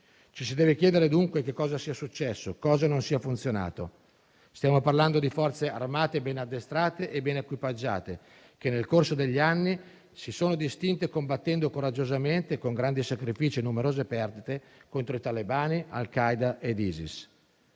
Ci si deve chiedere, dunque, che cosa sia successo e cosa non abbia funzionato. Stiamo parlando di forze armate ben addestrate e ben equipaggiate che, nel corso degli anni, si sono distinte combattendo coraggiosamente, con grandi sacrifici e numerose perdite, contro i talebani, Al Qaeda e Isis.